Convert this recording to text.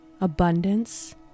abundance